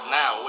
now